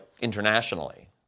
internationally